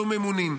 לא ממנים.